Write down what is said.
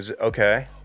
okay